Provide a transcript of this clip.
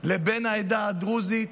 לבין העדה הדרוזית